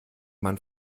man